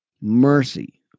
Mercy